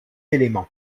élément